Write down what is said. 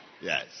yes